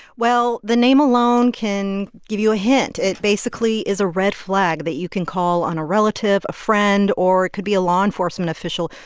well, the name alone can give you a hint. it basically is a red flag that you can call on a relative, a friend, or it could be a law enforcement official,